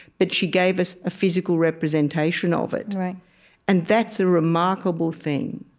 but she gave us a physical representation of it and that's a remarkable thing.